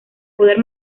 poder